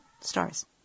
stars